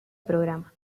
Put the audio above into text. programa